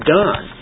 done